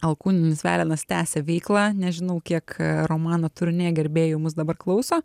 alkūninis velenas tęsia veiklą nežinau kiek romano turnė gerbėjų mus dabar klauso